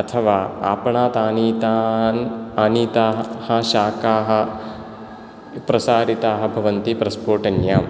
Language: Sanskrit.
अथवा आपणात् आनीतान् आनीताः शाकाः प्रसारिताः भवन्ति प्रस्फोटन्यां